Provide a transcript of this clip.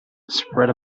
spread